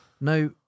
Now